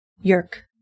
yerk